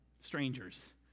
strangers